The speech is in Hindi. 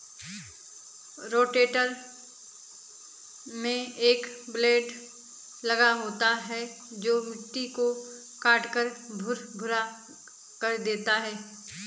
रोटेटर में एक ब्लेड लगा होता है जो मिट्टी को काटकर भुरभुरा कर देता है